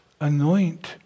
Anoint